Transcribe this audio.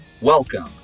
Welcome